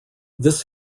this